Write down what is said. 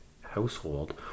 household